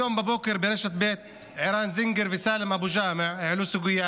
היום בבוקר ברשת ב' ערן זינגר וסאלם אבו ג'אמע העלו את הסוגיה